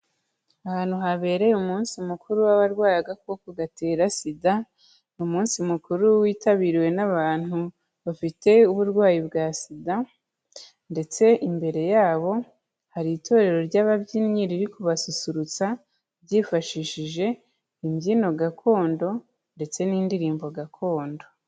Ahantu habereye umunsi mukuru w'abarwaye agakoko gatera SIDA, ni umunsi mukuru witabiriwe n'abantu bafite uburwayi bwa SIDA ndetse imbere yabo hari itorero ry'ababyinnyi riri kubasusurutsa, ryifashishije imbyino gakondo ndetse n'indirimbo gakondo.